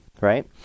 right